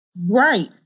Right